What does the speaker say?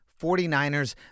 49ers